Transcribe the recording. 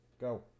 go